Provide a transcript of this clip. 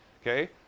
Okay